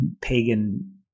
pagan